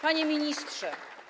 Panie Ministrze!